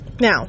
now